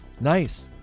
Nice